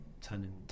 turning